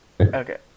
Okay